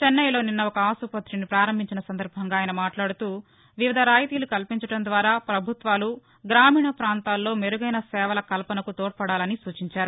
చెన్నై లో నిన్న ఒక ఆసుపత్రి ని ప్రాంభించిన సందర్బంగా ఆయన మాట్లాడుతూవివిధ రాయితీలు కల్పించడం ద్వారా ప్రభుత్వాలు గ్రామీణ పాంతాల్లో మెరుగైన సేవల కల్పనకు తోడ్పడాలని సూచించారు